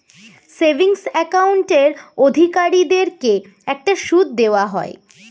savings অ্যাকাউন্টের অধিকারীদেরকে একটা সুদ দেওয়া হয়